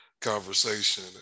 conversation